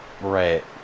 Right